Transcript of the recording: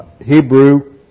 Hebrew